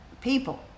people